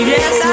Yes